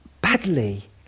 badly